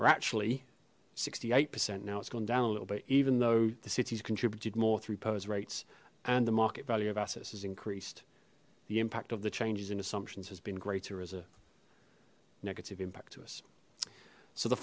or actually sixty eight percent now it's gone down a little bit even though the city's contributed more through pers rates and the market value of assets has increased the impact of the changes in assumptions has been greater reserve negative impact to us so the